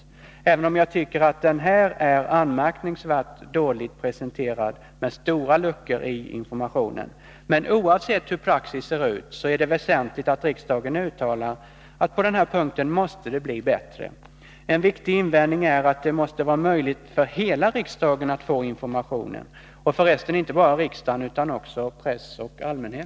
Jag tycker dock att denna proposition i det här avseendet är anmärkningsvärt dålig, med stora luckor i informationen. Oavsett hur praxis ser ur är det väsentligt att riksdagen uttalar att det på denna punkt måste bli bättre. En viktig invändning är att det måste vara möjligt för hela riksdagen att få information — och för resten också för press och allmänhet.